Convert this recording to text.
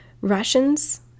Russians